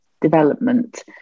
development